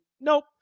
nope